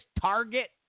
target